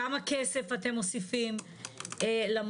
כמה כסף אתם מוסיפים למודל?